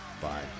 Bye